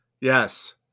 Yes